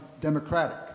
democratic